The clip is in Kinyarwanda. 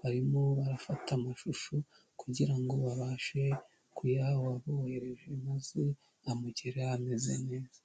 barimo barafata amashusho kugira ngo babashe kuyaha uwayaboherereje maze amugereho ameze neza.